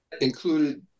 included